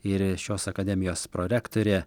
ir šios akademijos prorektorė